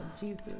Jesus